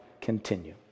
continue